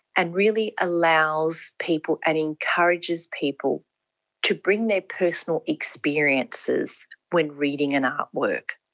and really allows people and encourages people to bring their personal experiences when reading an artwork.